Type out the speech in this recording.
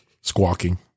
Squawking